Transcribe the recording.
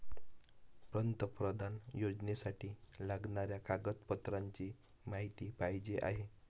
पंतप्रधान योजनेसाठी लागणाऱ्या कागदपत्रांची माहिती पाहिजे आहे